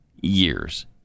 years